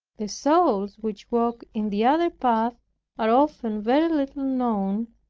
the souls which walk in the other path are often very little known,